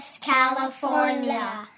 California